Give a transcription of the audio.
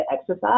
exercise